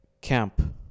camp